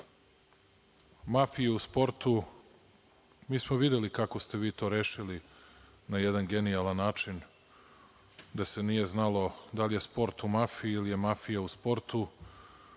mafije u sportu, mi smo videli kako ste vi to rešili na jedan genijalan način, da se nije znalo da li je sport u mafiji ili je mafija u sportu.